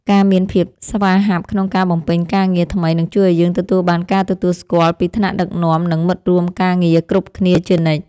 ការមានភាពស្វាហាប់ក្នុងការបំពេញការងារថ្មីនឹងជួយឱ្យយើងទទួលបានការទទួលស្គាល់ពីថ្នាក់ដឹកនាំនិងមិត្តរួមការងារគ្រប់គ្នាជានិច្ច។